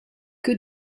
que